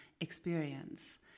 experience